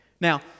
Now